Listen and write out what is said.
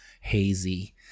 hazy